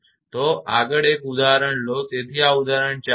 તો આગળ એક ઉદાહરણ લો તેથી આ ઉદાહરણ 4 છે